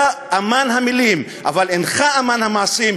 אתה אמן המילים, אבל אינך אמן המעשים.